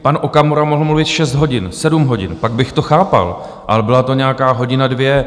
Pan Okamura mohl mluvit šest hodin, sedm hodin, pak bych to chápal, ale byla to nějaká hodina, dvě.